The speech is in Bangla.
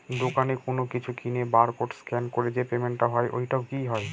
দোকানে কোনো কিছু কিনে বার কোড স্ক্যান করে যে পেমেন্ট টা হয় ওইটাও কি হয়?